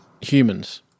humans